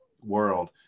world